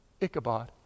Ichabod